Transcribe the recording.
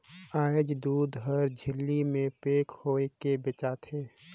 आयज दूद हर झिल्ली में पेक होयके बेचा थे